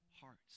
hearts